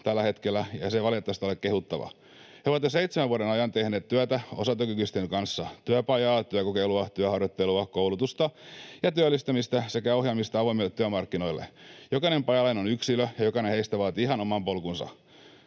tällä hetkellä, ja se ei valitettavasti ole kehuttava. He ovat jo seitsemän vuoden ajan tehneet työtä osatyökykyisten kanssa: työpajaa, työkokeilua, työharjoittelua, koulutusta ja työllistämistä sekä ohjaamista avoimille työmarkkinoille. Jokainen pajalainen on yksilö, ja jokainen heistä vaatii ihan oman polkunsa.